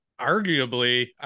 Arguably